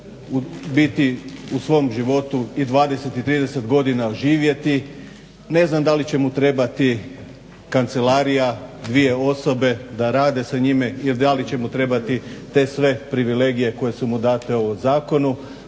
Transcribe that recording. biti u svom životu i 20 i 30 godina živjeti. Ne znam da li će mu trebati kancelarija, dvije osobe da rade sa njime i da li će mu trebati te sve privilegije koje su mu date u ovom zakonu